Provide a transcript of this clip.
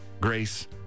Grace